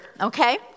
okay